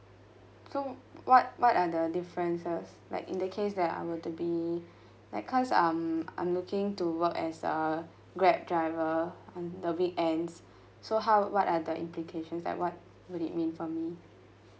so what what are the differences like in the case that I were to be like cause um I'm looking to work as a grab driver on the weekends so how what are the implications like what would it mean for me